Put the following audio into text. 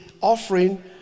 offering